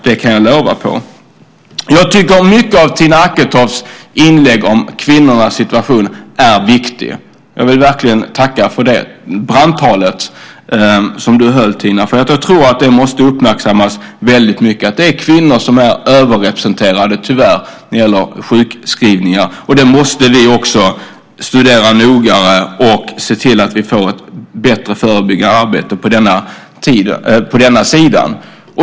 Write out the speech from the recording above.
Det kan jag lova. Jag tycker att mycket av Tina Acketofts inlägg om kvinnornas situation är viktigt. Jag vill verkligen tacka för det brandtal som du höll, Tina. Jag tror att det måste uppmärksammas väldigt mycket att kvinnor tyvärr är överrepresenterade när det gäller sjukskrivningar. Vi måste studera det mer noga och se till att vi får ett bättre förebyggande arbete på denna sida.